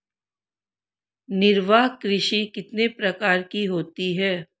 निर्वाह कृषि कितने प्रकार की होती हैं?